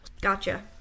Gotcha